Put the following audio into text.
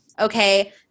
okay